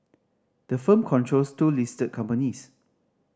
the firm controls two listed companies